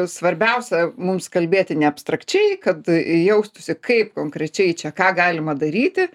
svarbiausia mums kalbėti ne abstrakčiai kad jaustųsi kaip konkrečiai čia ką galima daryti